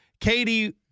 Katie